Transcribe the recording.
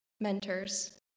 mentors